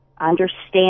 understand